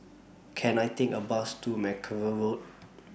Can I Take A Bus to Mackerrow Road